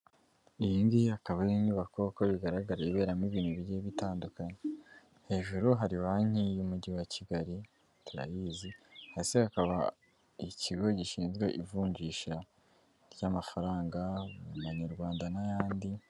Iyi ngiyi akaba ari inyubako, uko bigaragara iba iberamo ibintu bigiye bitandukanye. Hejuru hari banki y'umujyi wa Kigali, turayizi, hasi hakaba ikigo gishinzwe ivunjisha ry'amafaranga mu manyarwanda n'ayandi.